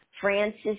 Francis